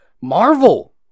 Marvel